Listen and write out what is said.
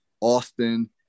Austin